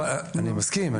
אני מסכים.